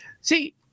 See